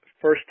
first